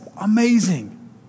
amazing